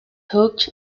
hock